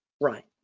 right